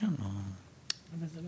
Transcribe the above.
זה לא